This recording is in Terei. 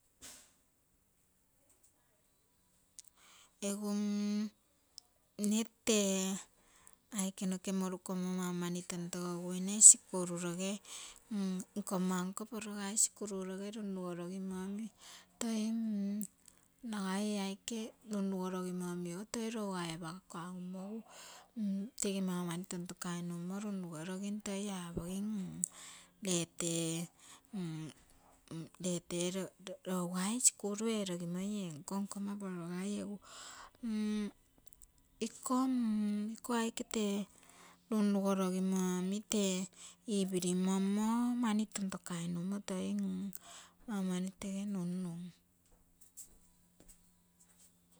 Egu mne tee aike noke morukomo mau mani tontogokuine sikururoge nkomma nko porogai sikururoge runrugorogimo toi nagai ee aike runrugo rogimo omigo toi lougai opagemgu tege mau mani tonto kainummo runrugorogim toi aposim lee tee, lee tee rougai sikuru ero gimoi enko nkomma poro gai, egu iko aike tee runrugorogimo omi tee ipiri mommo mani tontokainummo toi mau mani tege nunnum